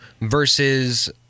versus